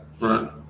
Right